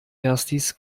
erstis